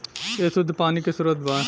ए शुद्ध पानी के स्रोत बा